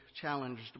challenged